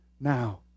Now